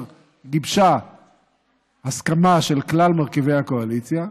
גיבשה הסכמה של כלל מרכיבי הקואליציה,